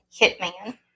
hitman